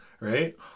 right